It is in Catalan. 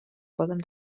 poden